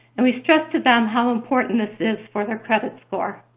and we stress to them how important this is for their credit score.